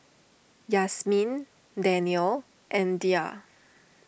Yasmin Danial and Dhia